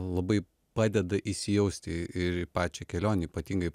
labai padeda įsijausti ir į pačią kelionę ypatingai